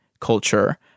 culture